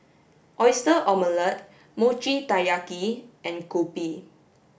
Oyster Omelette Mochi Taiyaki and Kopi